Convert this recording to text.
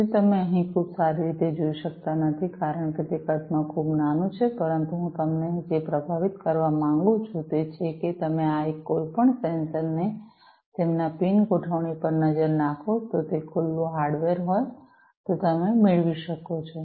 તેથી તમે અહીં ખૂબ સારી રીતે જોઈ શકતા નથી કારણ કે તે કદમાં ખૂબ નાનું છે પરંતુ હું તમને જે પ્રભાવિત કરવા માંગુ છું તે છે કે તમે આ કોઈપણ સેન્સર ને તેમના પિન ગોઠવણી પર નજર નાખો જો તે ખુલ્લું હાર્ડવેર હોય તો તમે મેળવી શકો છો